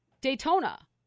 Daytona